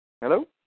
Hello